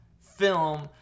film